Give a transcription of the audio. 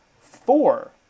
four